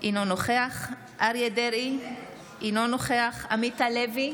אינו נוכח אריה מכלוף דרעי, אינו נוכח עמית הלוי,